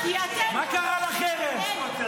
מה קרה לחרם?